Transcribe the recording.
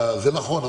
נכון,